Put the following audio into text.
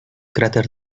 cráter